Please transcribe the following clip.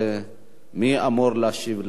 נברר מי אמור להשיב לך.